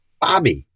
Bobby